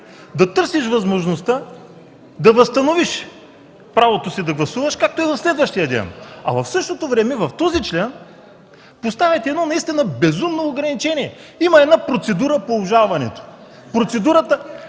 да търсиш възможността да възстановиш правото си да гласуваш, както и на следващия ден, а в същото време в този член поставяте едно наистина безумно ограничение. Има една процедура по обжалването – процедурата